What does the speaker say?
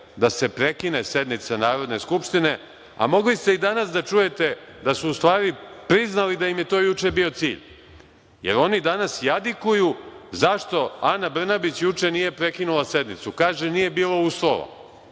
da se prekine sednica Narodne skupštine, a mogli ste i danas da čujete da su, u stvari, priznali da im je to juče bio cilj, jer oni danas jadikuju zašto Ana Brnabić juče nije prekinula sednicu. Kažu – nije bilo uslova.